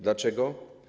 Dlaczego?